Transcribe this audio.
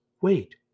Wait